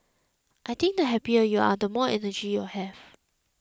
I think the happier you are the more energy you have